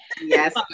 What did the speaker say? yes